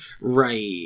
Right